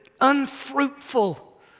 unfruitful